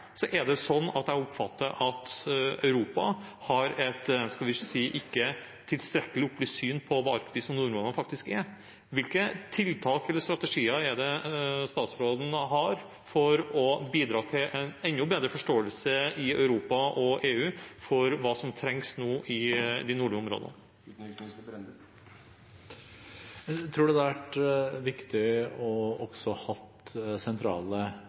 det slik at jeg oppfatter at Europa har et – skal vi si – ikke tilstrekkelig opplyst syn på hva Arktis og nordområdene faktisk er. Hvilke tiltak eller strategier har statsråden for å bidra til en enda bedre forståelse i Europa og EU for hva som nå trengs i de nordlige områdene? Jeg tror det har vært viktig også å ha sentrale